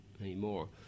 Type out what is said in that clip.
anymore